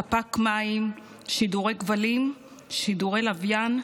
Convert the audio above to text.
ספק מים, שידורי כבלים, שידורי לוויין,